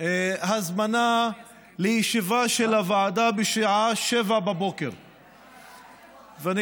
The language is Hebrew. הזמנה לישיבה של הוועדה בשעה 07:00. ואני